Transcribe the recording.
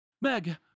Meg